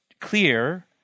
clear